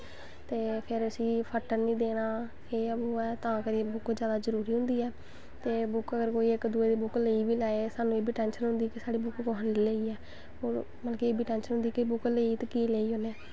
ते फिर उस्सी फट्टन निं देना ते तां करियै बुक्क जैदा जरूरी होंदी ऐ ते बुक्क इक दुए दी अगर कोई लेई बी लै ते सानूं एह् टैंशन रौंह्दी कि साढ़ी बुक्क कुसे ने लेई ऐ मतलब एह् टैंशन होंदी कि बुक्क लेई ते कीऽ लेई उ'नें